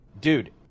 dude